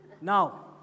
Now